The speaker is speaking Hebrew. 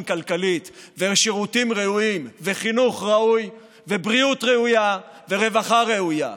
כלכלית ושירותים ראויים וחינוך ראוי ובריאות ראויה ורווחה ראויה.